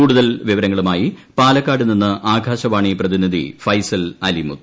കൂടുതൽ വിവരങ്ങളുമായി ഫാല്ക്ക്ാടുനിന്ന് ആകാശവാണി പ്രതിനിധി ഫൈസൽ അലിമുത്ത്